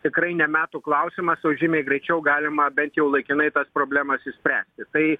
tikrai ne metų klausimas o žymiai greičiau galima bent jau laikinai tas problemas išspręsti tai